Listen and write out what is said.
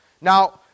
Now